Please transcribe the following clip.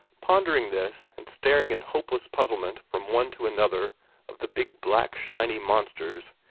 pondering this, and staring in hopeless puzzlement from one to another of the big black shiny monsters,